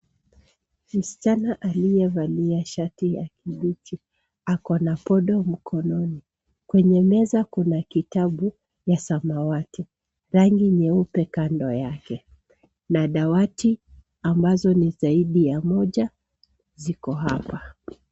Msichana aliyevalia shati ya kibichi, ako na sodo mkononi. Kwenye meza kuna kitabu ya samawati, rangi nyeupe kando yake. Na dawati ambazo ni zaidi ya moja ziko hapa.